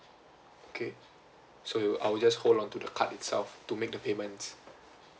okay so you I will just hold on to the card itself to make the payments